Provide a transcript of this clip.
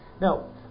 Now